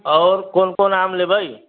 और कोन कोन आम लेबै